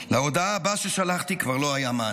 להודעה הבאה ששלחתי כבר לא היה מענה.